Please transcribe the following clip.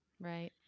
Right